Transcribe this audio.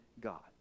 God